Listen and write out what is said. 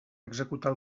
executar